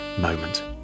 moment